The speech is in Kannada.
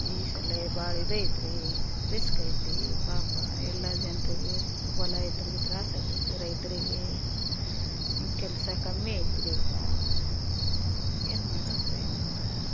ಈ ಸಲ ಭಾಳ ಇದೈತ್ರೀ ರಿಸ್ಕ್ ಐತೀ ಪಾಪ ಎಲ್ಲ ಜನರಿಗೆ ಹೊಲ ಇದ್ದವ್ರ್ಗೆ ತ್ರಾಸು ಆಗೈತೆ ರೈತರಿಗೆ ಈಗ ಕೆಲಸ ಕಮ್ಮಿ ಐತ್ರಿ ಈಗ ಏನು ಮಾಡೋದು ರಿ ಮತ್ತೆ